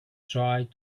tried